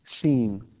seen